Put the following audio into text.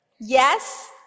Yes